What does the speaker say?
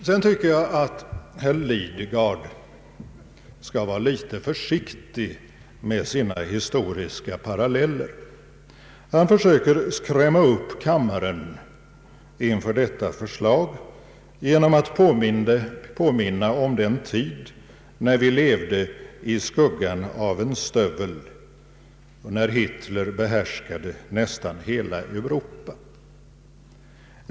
Sedan tycker jag att herr Lidgard skall vara litet försiktig med sina historiska paralleller. Han försöker skrämma upp kammaren inför detta förslag genom att påminna om den tid när vi levde i skuggan av en stövel, när Hitler behärskade nästan hela Europa.